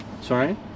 Sorry